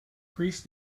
greece